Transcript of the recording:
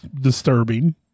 disturbing